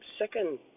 Second